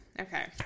Okay